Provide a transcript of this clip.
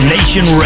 Nation